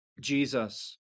Jesus